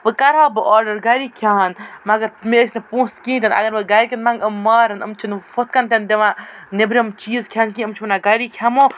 وۄنۍ کَرٕ ہہ بہٕ آرڈَر گَرِکۍ کھےٚ ہَن مگر مےٚ ٲسۍ نہٕ پونٛسہٕ کِہیٖنۍ تِنہٕ اگر بہٕ گَرِکٮ۪ن منٛگ یِم مارَن یِم چھِنہٕ ہُتھ کَنہِ تِنہٕ دِوان نٮ۪برِم چیٖز کھٮ۪نہٕ کیٚنہہ یِم چھِ وَنان گَری کھٮ۪مہو